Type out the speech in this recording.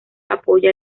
apoya